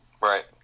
Right